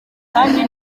kandi